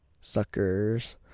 suckers